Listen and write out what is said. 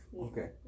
okay